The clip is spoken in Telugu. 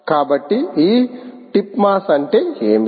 కాబట్టి ఈ టిప్ మాస్అంటే ఏమిటి